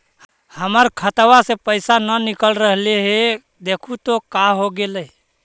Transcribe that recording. हमर खतवा से पैसा न निकल रहले हे देखु तो का होगेले?